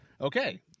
Okay